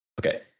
okay